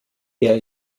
wer